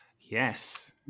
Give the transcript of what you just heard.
Yes